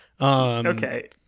Okay